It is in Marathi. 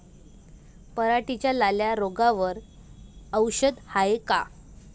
पराटीच्या लाल्या रोगावर औषध हाये का?